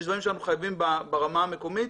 יש דברים שאנחנו חייבים ברמה המקומית.